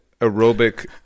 aerobic